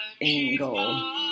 angle